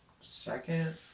second